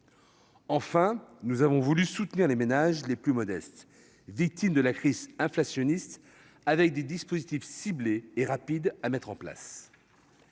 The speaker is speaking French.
Enfin, nous avons voulu soutenir les ménages les plus modestes, victimes de la crise inflationniste, avec des dispositifs ciblés et rapides à mettre en oeuvre.